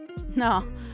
No